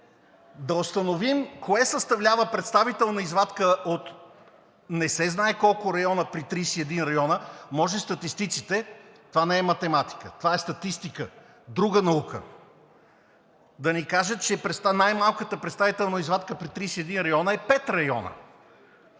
да установим кое съставлява представителна извадка, не се знае колко при 31 района. Може статистиците – това не е математика, това е статистика – друга наука, да ни кажат, че най-малката представителна извадка при 31 района е пет района.